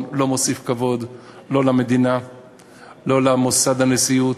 לא מוסיף כבוד לא למדינה ולא למוסד הנשיאות,